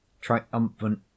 triumphant